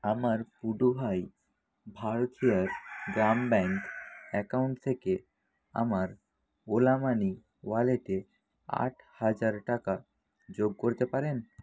আমার Puduvai Bharathiyar Grama bank account থেকে আমার ওলা মানি ওয়ালেটে আট হাজার টাকা যোগ করতে পারেন